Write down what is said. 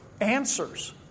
answers